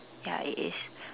ya it is